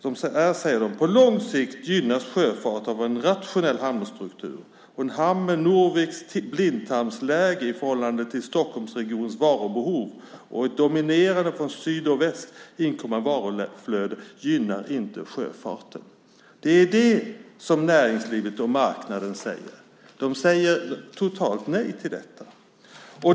De säger: På lång sikt gynnas sjöfarten av en rationell hamnstruktur, och en hamn med Norviks blindtarmsläge i förhållande till Stockholmsregionens varubehov och dominerande från syd och väst inkommande varuflöde gynnar inte sjöfarten. Det är det som näringslivet och marknaden säger. De säger totalt nej till detta.